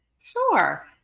Sure